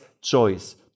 choice